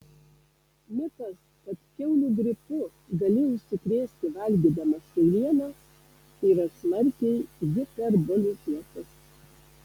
mitas kad kiaulių gripu gali užsikrėsti valgydamas kiaulieną yra smarkiai hiperbolizuotas